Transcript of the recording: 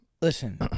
Listen